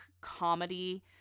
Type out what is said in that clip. comedy